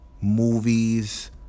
movies